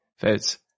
votes